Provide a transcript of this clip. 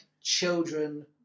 children